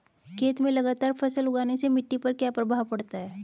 खेत में लगातार फसल उगाने से मिट्टी पर क्या प्रभाव पड़ता है?